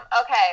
Okay